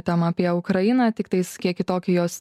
temą apie ukrainą tiktais kiek kitokį jos